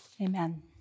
Amen